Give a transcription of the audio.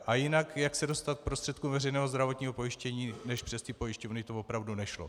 A jinak se dostat k prostředkům z veřejného zdravotního pojištění než přes ty pojišťovny, to opravdu nešlo.